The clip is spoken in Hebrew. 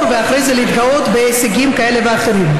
ואחרי זה להתגאות בהישגים כאלה ואחרים.